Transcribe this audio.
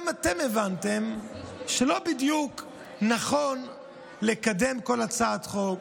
גם אתם הבנתם שלא בדיוק נכון לקדם כל הצעת חוק,